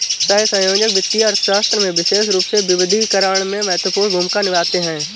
सहसंयोजक वित्तीय अर्थशास्त्र में विशेष रूप से विविधीकरण में महत्वपूर्ण भूमिका निभाते हैं